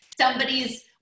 somebody's